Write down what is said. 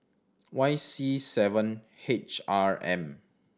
Y C seven H R M